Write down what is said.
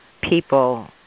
people